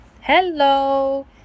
Hello